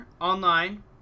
online